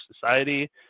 society